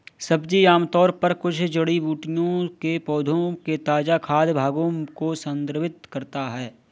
सब्जी आमतौर पर कुछ जड़ी बूटियों के पौधों के ताजा खाद्य भागों को संदर्भित करता है